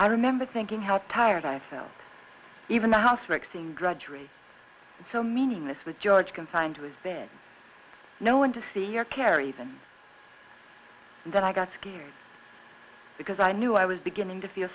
i remember thinking how tired i felt even the housework seemed drudgery so meaningless with george confined to his bed no one to see her care even and then i got scared because i knew i was beginning to feel